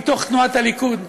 מתוך תנועת הליכוד,